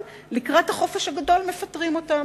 אבל לקראת החופש הגדול מפטרים אותם.